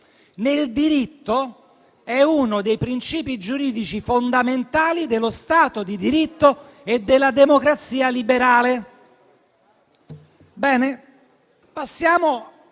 nel diritto è uno dei principi giuridici fondamentali dello Stato di diritto e della democrazia liberale.